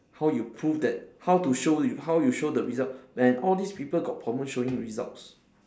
how you prove that how to show you how you show the result when all this people got problems showing results